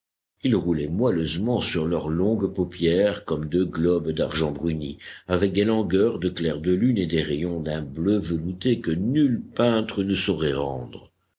ils roulaient moelleusement sur leurs longues paupières comme deux globes d'argent bruni avec des langueurs de clair de lune et des rayons d'un bleu velouté que nul peintre ne saurait rendre